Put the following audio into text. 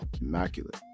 immaculate